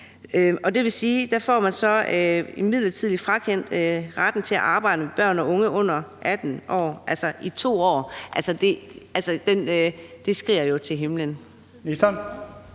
det vil sige, at der får man så midlertidigt frakendt retten til at arbejde med børn og unge under 18 år, altså i 2 år. Det skriger jo til himlen.